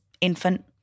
infant